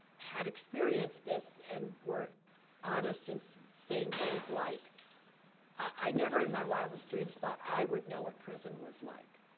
had experienced this and were honest and saying things like i never in my wildest dreams thought i would know what prison was like.